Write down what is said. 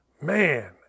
Man